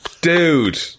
Dude